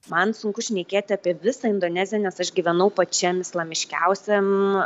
man sunku šnekėti apie visą indoneziją nes aš gyvenau pačiam islamiškiausiam